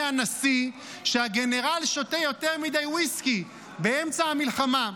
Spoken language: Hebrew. הנשיא שהגנרל שותה יותר מדי ויסקי באמצע המלחמה.